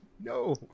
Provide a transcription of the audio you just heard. No